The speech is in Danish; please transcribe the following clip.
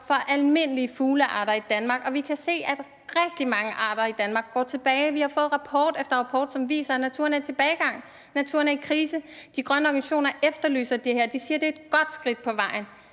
for almindelige fuglearter i Danmark, og vi kan se, at rigtig mange arter i Danmark går tilbage, for vi har fået rapport efter rapport, som viser, at naturen er i tilbagegang, naturen er i krise. De grønne organisationer efterlyser det her, og de siger, at det er et godt skridt på vejen.